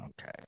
okay